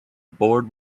board